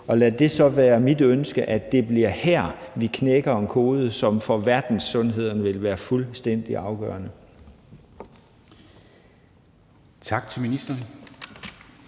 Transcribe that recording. og lad det så være mit ønske, at det bliver her, vi knækker en kode, som for verdenssundheden vil være fuldstændig afgørende. Kl.